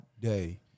day